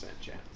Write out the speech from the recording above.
chance